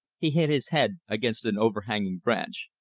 he hit his head against an overhanging branch.